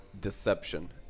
deception